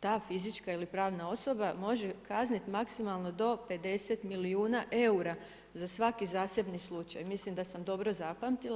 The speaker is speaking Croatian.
ta fizička ili pravna osoba može kazniti maksimalno do 50 milijuna eura za svaki zasebni slučaj, mislim da sam dobro zapamtila.